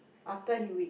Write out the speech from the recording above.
after he re~